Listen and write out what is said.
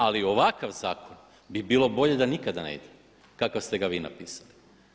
Ali ovakav zakon bi bilo bolje da nikada ne ide kakav ste ga vi napisali.